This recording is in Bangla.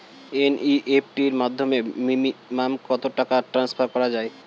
এন.ই.এফ.টি র মাধ্যমে মিনিমাম কত টাকা ট্রান্সফার করা যায়?